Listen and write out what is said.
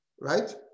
right